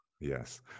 Yes